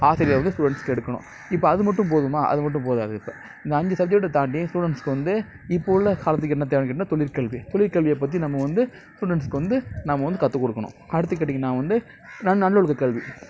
ஆசிரியர் வந்து ஸ்டூடெண்ட்ஸ்க்கு எடுக்கணும் இப்போ அது மட்டும் போதுமா அது மட்டும் போதாது இந்த அஞ்சு சப்ஜெக்ட்டை தாண்டி ஸ்டூடெண்ஸ்க்கு வந்து இப்போது உள்ள காலத்துக்கு என்ன தேவை கேட்டிங்கன்னால் தொழிற்கல்வி தொழிற்கல்வியை பற்றி நம்ம வந்து ஸ்டூடெண்ஸ்க்கு வந்து நம்ம வந்து கற்றுக் கொடுக்கணும் அடுத்து கேட்டிங்கன்னால் வந்து நன் நல்லொழுக்க கல்வி